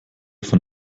von